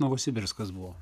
novosibirskas buvo